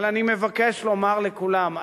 אבל אני מבקש לומר לכולם,